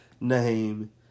Name